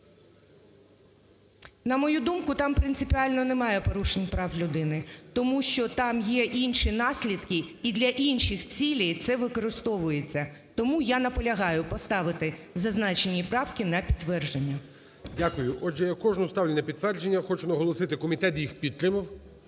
На мою думку, там принципіально немає порушень прав людини, тому що там є інші наслідки і для інших цілей це використовується. Тому я наполягаю поставити зазначені правки на підтвердження. ГОЛОВУЮЧИЙ. Дякую. Отже, я кожну ставлю на підтвердження. Хочу наголосити: комітет їх підтримав.